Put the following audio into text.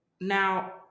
Now